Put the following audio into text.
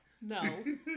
No